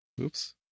Oops